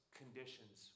conditions